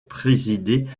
présidée